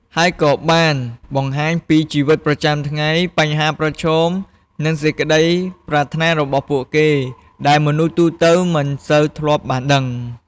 ហើយក៏បានបង្ហាញពីជីវិតប្រចាំថ្ងៃ បញ្ហាប្រឈម និងសេចក្តីប្រាថ្នារបស់ពួកគេ ដែលមនុស្សទូទៅមិនសូវធ្លាប់បានដឹង ។